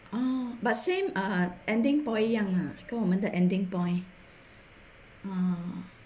oh but same ah ending point 一样 lah 跟我们的 ending point ah